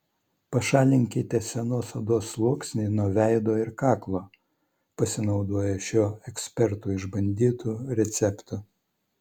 pašalinkite senos odos sluoksnį nuo veido ir kaklo pasinaudoję šiuo ekspertų išbandytu receptu